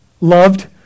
loved